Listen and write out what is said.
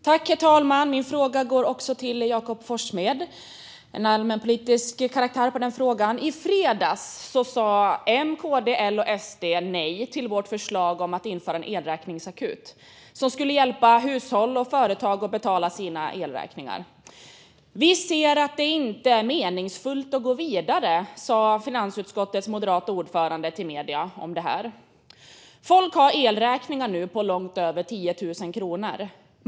Herr talman! Min fråga går också till Jakob Forssmed. Det är en allmänpolitisk karaktär på frågan. I fredags sa M, KD, L och SD nej till vårt förslag om att införa en elräkningsakut som ska hjälpa hushåll och företag att betala sina elräkningar. Vi ser inte att det är meningsfullt att gå vidare, sa finansutskottets moderata ordförande till medierna. Folk får nu elräkningar på långt över 10 000 kronor.